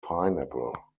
pineapple